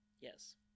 Yes